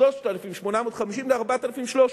מ-3,850 ל-4,300.